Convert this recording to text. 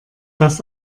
das